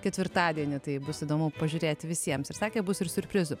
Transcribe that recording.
ketvirtadienį tai bus įdomu pažiūrėti visiems ir sakė bus ir siurprizų